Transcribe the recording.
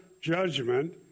judgment